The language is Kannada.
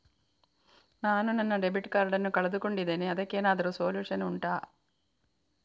ನಾನು ನನ್ನ ಡೆಬಿಟ್ ಕಾರ್ಡ್ ನ್ನು ಕಳ್ಕೊಂಡಿದ್ದೇನೆ ಅದಕ್ಕೇನಾದ್ರೂ ಸೊಲ್ಯೂಷನ್ ಉಂಟಾ